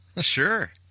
Sure